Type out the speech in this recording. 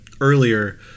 earlier